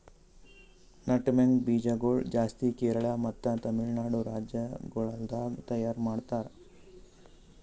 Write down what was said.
nutmeg ಬೀಜ ಗೊಳ್ ಜಾಸ್ತಿ ಕೇರಳ ಮತ್ತ ತಮಿಳುನಾಡು ರಾಜ್ಯ ಗೊಳ್ದಾಗ್ ತೈಯಾರ್ ಮಾಡ್ತಾರ್